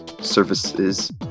services